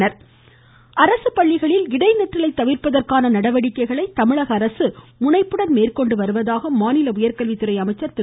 அன்பழகன் மிதிவண்டி அரசு பள்ளிகளில் இடைநிற்றலை தவிர்ப்பதற்கான நடவடிக்கைகளை தமிழக அரசு முனைப்புடன் மேற்கொண்டு வருவதாக மாநில உயர்கல்வித்துறை அமைச்சர் திரு